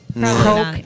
Coke